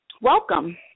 welcome